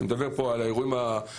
אני מדבר פה על האירועים המשמעותיים.